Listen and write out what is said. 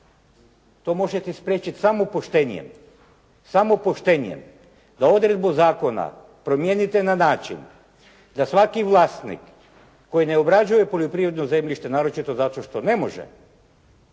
To možete spriječiti samo poštenjem, da odredbu zakona promijenite na način da svaki vlasnik koji ne obrađuje poljoprivredno zemljište naročito zato što ne može,